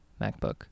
MacBook